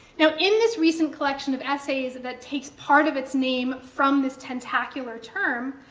now, in this recent collection of essays that takes part of its name from this tentacular term,